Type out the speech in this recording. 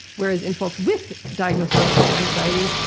whereas in folks with diagnosable social anxiety,